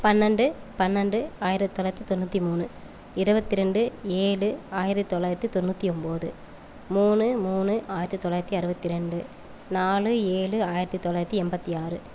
பன்னெண்டு பன்னெண்டு ஆயிரத்தி தொள்ளாயிரத்தி தொண்ணூற்றி மூணு இருபத்தி ரெண்டு ஏழு ஆயிரத்தி தொள்ளாயிரத்தி தொண்ணூற்றி ஒம்பது மூணு மூணு ஆயிரத்தி தொள்ளாயிரத்தி அறுபத்தி ரெண்டு நாலு ஏழு ஆயிரத்தி தொள்ளாயிரத்தி எண்பத்தி ஆறு